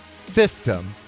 system